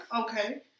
Okay